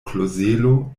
klozelo